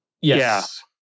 Yes